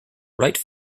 write